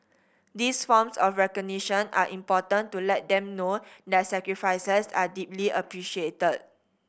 these forms of recognition are important to let them know their sacrifices are deeply appreciated